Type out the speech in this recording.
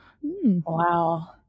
wow